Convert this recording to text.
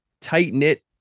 tight-knit